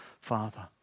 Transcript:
Father